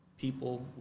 people